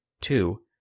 Two